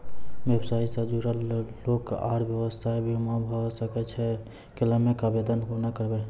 व्यवसाय सॅ जुड़ल लोक आर व्यवसायक बीमा भऽ सकैत छै? क्लेमक आवेदन कुना करवै?